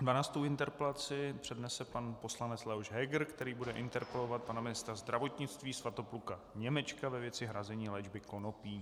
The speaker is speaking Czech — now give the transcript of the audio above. Dvanáctou interpelaci přednese pan poslanec Leoš Heger, který bude interpelovat pana ministra zdravotnictví Svatopluka Němečka ve věci hrazení léčby konopím.